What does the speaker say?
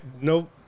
no